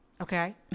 Okay